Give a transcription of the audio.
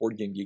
BoardGameGeek